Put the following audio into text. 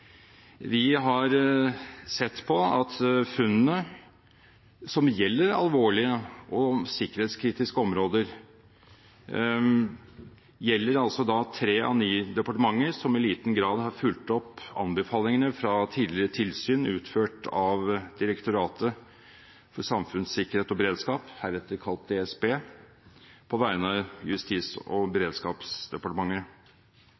Vi har sett på funnene som gjelder alvorlige og sikkerhetskritiske områder: Tre av ni departementer har i liten grad fulgt opp anbefalingene fra tidligere tilsyn utført av Direktoratet for samfunnssikkerhet og beredskap, heretter kalt DSB, på vegne av Justis- og beredskapsdepartementet.